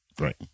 Right